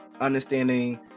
understanding